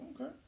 Okay